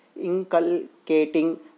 inculcating